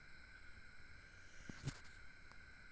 शेतकऱ्यांका बी बियाणा खता ट्रॅक्टर आणि इंधनाचो पुरवठा होऊक हवो